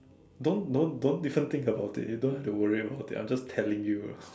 don't don't don't even think about it you don't have to worry about it I'm just telling you ah